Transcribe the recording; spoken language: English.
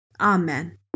Amen